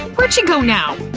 where'd she go now?